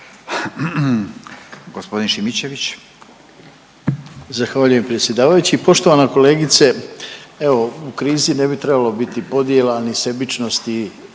Rade (HDZ)** Zahvaljujem predsjedavajući. Poštovana kolegice, evo u krizi ne bi trebalo biti podjela, ni sebičnosti